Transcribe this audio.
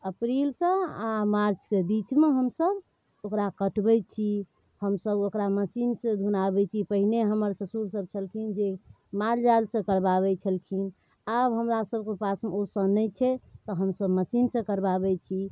तऽ अप्रिलसँ आ मार्चके बीचमे हमसब ओकरा कटबैत छी हमसब ओकरा मशीनसँ धुनाबैत छी पहिने हमर ससुर सब छलखिन जे माल जालसँ करबाबैत छलखिन आब हमरा सबके पासमे ओसब नहि छै तऽ हमसब मशीनसँ करबाबैत छी